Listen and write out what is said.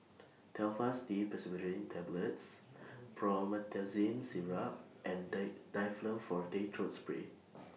Telfast D Pseudoephrine Tablets Promethazine Syrup and Day Difflam Forte Throat Spray